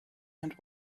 and